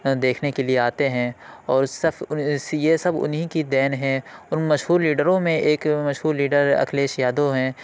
دیکھنے کے لیے آتے ہیں اور صف یہ سب انہیں کی دین ہے ان مشہور لیڈروں میں ایک مشہور لیڈر اکھلیش یادو ہیں